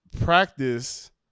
practice